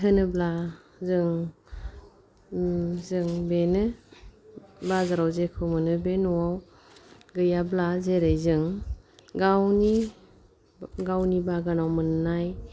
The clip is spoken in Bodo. होनोब्ला जों बेनो बाजाराव जेखौ मोनो न'आव गैयाब्ला जेरै जों गावनि बागानाव मोननाय